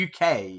UK